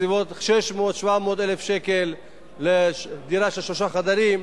בסביבות 600,000 700,000 שקל לדירה של שלושה חדרים,